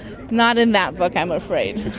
not in that book i'm afraid,